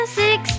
six